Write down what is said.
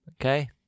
Okay